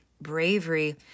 bravery